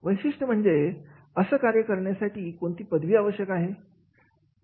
वैशिष्ट्य म्हणजे असं कार्य करण्यासाठी कोणती पदवी आवश्यक आहे